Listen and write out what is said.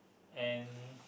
and